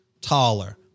taller